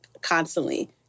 constantly